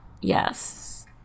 yes